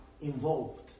involved